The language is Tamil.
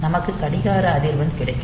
நமக்கு கடிகார அதிர்வெண் கிடைக்கும்